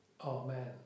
Amen